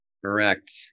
Correct